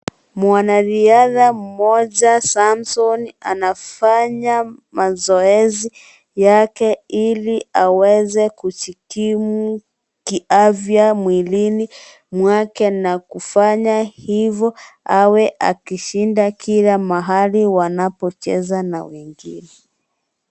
Mwanariadha mmoja Samson anafanya mazoezi yake ili aweze kujitimu kiafya mwilini mwake na kufanya hivo awe akishinda kila mahali wanapo cheza na wengine.